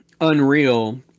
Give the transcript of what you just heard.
unreal